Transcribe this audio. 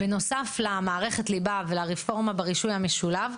בנוסף למערכת הליבה ולרפורמה ברישוי המשולב,